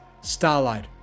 Starlight